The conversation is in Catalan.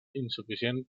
insuficient